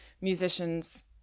musicians